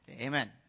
Amen